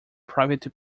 private